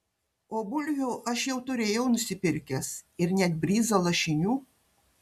o bulvių aš jau turėjau nusipirkęs ir net bryzą lašinių